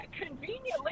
Conveniently